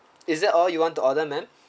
is that all you want to order ma'am